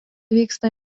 vyksta